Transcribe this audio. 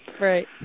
Right